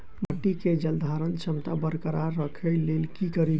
माटि केँ जलसंधारण क्षमता बरकरार राखै लेल की कड़ी?